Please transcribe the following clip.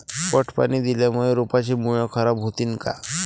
पट पाणी दिल्यामूळे रोपाची मुळ खराब होतीन काय?